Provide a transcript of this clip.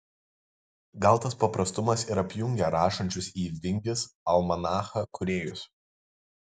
gal tas paprastumas ir apjungia rašančius į vingis almanachą kūrėjus